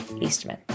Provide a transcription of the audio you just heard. Eastman